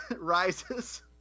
rises